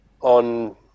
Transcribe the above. on